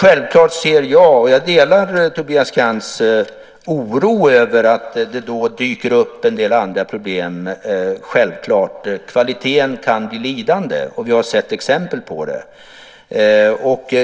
Jag delar självklart Tobias Krantz oro över att det dyker upp en del andra problem. Kvaliteten kan bli lidande, och vi har sett exempel på det.